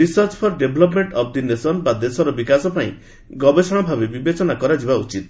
research for development of the nation ବା ଦେଶର ବିକାଶ ପାଇଁ ଗବେଷଣା ଭାବେ ବିବେଚନା କରାଯିବ ଉଚିତ୍